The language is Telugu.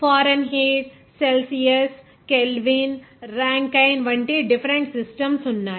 ఫారెన్హీట్ సెల్సియస్ కెల్విన్ రాంకైన్ వంటి డిఫెరెంట్ సిస్టమ్స్ ఉన్నాయి